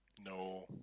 No